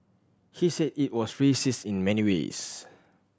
he said it was racist in many ways